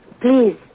please